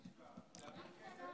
מה השתנה,